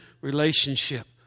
relationship